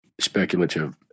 speculative